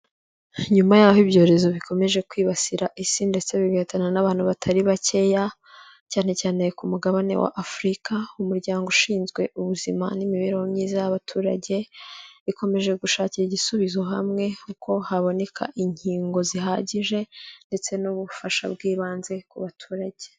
Nyuma y'aho ibyorezo bikomeje kwibasira isi, ndetse bigahitana n'abantu batari bakeya cyane cyane ku mugabane wa Afurika, umuryango ushinzwe ubuzima n'imibereho myiza y'abaturage ikomeje gushakira igisubizo hamwe, kuko haboneka inkingo zihagije ndetse n'ubufasha bw'ibanze ku baturage.